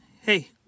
hey